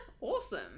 Awesome